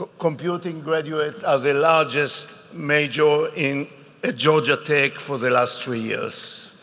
ah computing graduates are the largest major in ah georgia tech for the last three years.